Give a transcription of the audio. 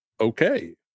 okay